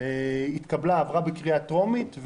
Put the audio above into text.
עברה בקריאה טרומית.